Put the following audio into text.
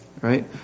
right